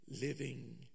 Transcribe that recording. living